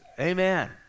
Amen